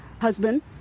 Husband